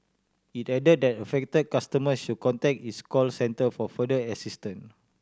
it added that affect customers should contact its call centre for further assistance